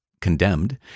condemned